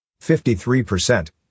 53%